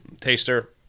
Taster